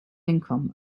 income